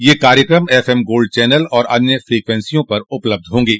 यह कार्यक्रम एफएम गोल्ड चनल और अन्य फ्रिक्वेंसियों पर उपलब्ध होंगे